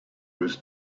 was